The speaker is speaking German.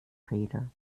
rede